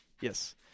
Yes